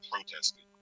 protesting